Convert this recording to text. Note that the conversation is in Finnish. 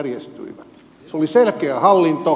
se oli selkeä hallinto